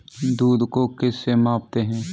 दूध को किस से मापते हैं?